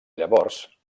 llavors